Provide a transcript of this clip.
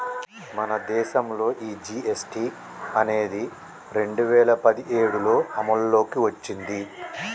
మన దేసంలో ఈ జీ.ఎస్.టి అనేది రెండు వేల పదిఏడులో అమల్లోకి ఓచ్చింది